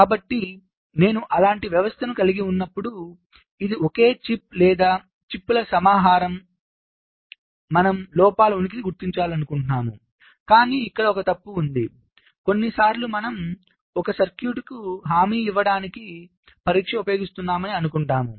కాబట్టి నేను అలాంటి వ్యవస్థను కలిగి ఉన్నప్పుడు ఇది ఒకే చిప్ లేదా చిప్ల సమాహారం మనము లోపాల ఉనికిని గుర్తించాలనుకుంటున్నాము కాని ఒక తప్పు ఉంది కొన్నిసార్లు మనము ఒక సర్క్యూట్కు హామీ ఇవ్వడానికి పరీక్షను ఉపయోగిస్తున్నామని అనుకుంటాము